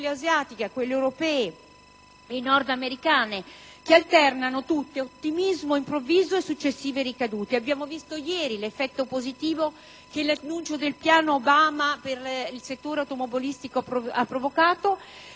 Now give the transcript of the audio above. quelle asiatiche a quelle europee e nordamericane, che alternano tutte ottimismo improvviso e successive ricadute. Abbiamo visto ieri l'effetto positivo che l'annuncio del piano Obama per il settore automobilistico ha provocato